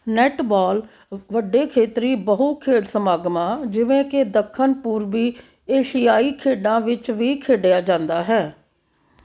netball ਵੱਡੇ ਖੇਤਰੀ ਬਹੁ ਖੇਡ ਸਮਾਗਮਾਂ ਜਿਵੇਂ ਕਿ ਦੱਖਣ ਪੂਰਬੀ ਏਸ਼ੀਆਈ ਖੇਡਾਂ ਵਿੱਚ ਵੀ ਖੇਡਿਆ ਜਾਂਦਾ ਹੈ